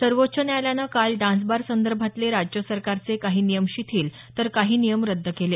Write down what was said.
सर्वोच्च न्यायालयानं काल डान्सबारसंदर्भातले राज्यसरकारचे काही नियम शिथील तर काही नियम रद्द केले